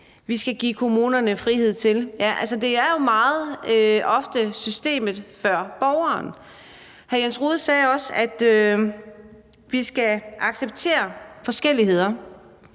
i deres dagligdag. Altså, det er jo meget ofte systemet før borgeren. Hr. Jens Rohde sagde også, at vi skal acceptere forskelligheder.